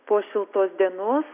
po šiltos dienos